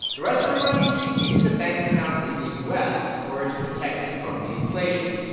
the rest of her money she keeps in a bank account in the u s, where it's protected from the inflation.